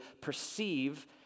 perceive